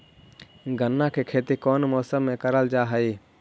गन्ना के खेती कोउन मौसम मे करल जा हई?